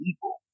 evil